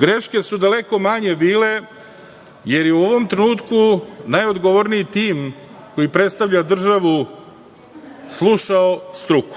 Greške su daleko manje bile, jer je u ovom trenutku najodgovorniji tim, koji predstavlja državu, slušao struku.